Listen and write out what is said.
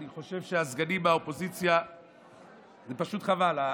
אני חושב שהסגנים מהאופוזיציה זה פשוט חבל,